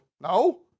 no